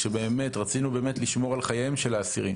כשבאמת רצינו לשמור על חיי האסירים